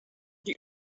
die